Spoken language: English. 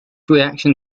reaction